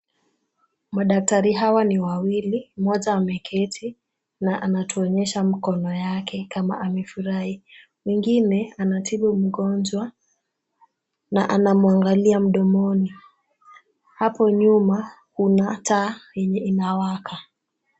Madaktari hawa ni wawili. Moja ameketi na anatuonyesha mkono yake kama amefurahi. Mwingine anatibu mgonjwa na anamwangalia mdomoni. Hapo nyuma kuna taa yenye inawaka.